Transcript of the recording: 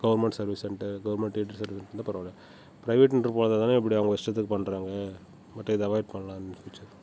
government service center government aided center இருந்தால் பரவால்ல private center போகறதால தானே இப்படி அவங்க இஷ்டத்துக்கு பண்ணுறாங்க பட் இதை அவாய்ட் பண்ணலாம் நம்ம ஃபியூச்சரில்